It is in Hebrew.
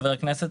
חבר הכנסת,